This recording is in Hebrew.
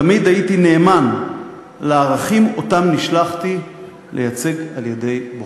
תמיד הייתי נאמן לערכים שנשלחתי לייצג על-ידי בוחרי.